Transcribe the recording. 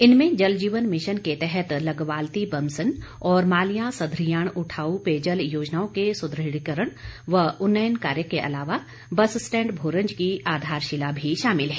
इनमें जल जीवन मिशन के तहत लगवाल्ती बमसन और मालियां सधरियाण उठाऊ पेयजल योजनाओं के सुद्रढ़ीकरण व उन्नयन कार्य के अलावा बस स्टैंड भोरंज की आधारशिला भी शामिल है